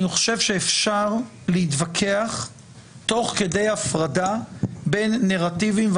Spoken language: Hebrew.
אני חושב שאפשר להתווכח תוך כדי הפרדה בין נרטיבים,